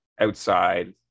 outside